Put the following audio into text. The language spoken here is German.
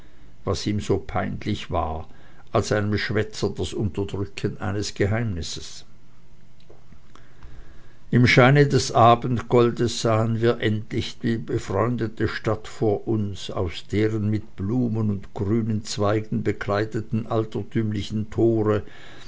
was ihm so peinlich war als einem schwätzer das unterdrücken eines geheimnisses im scheine des abendgoldes sahen wir endlich die befreundete stadt vor uns aus deren mit blumen und grünen zweigen bekleidetem altertümlichen tore